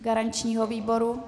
Garančního výboru?